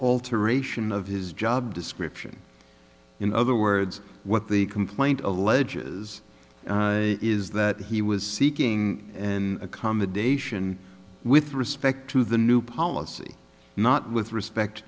alteration of his job description in other words what the complaint alleges is that he was seeking an accommodation with respect to the new policy not with respect